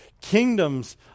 Kingdoms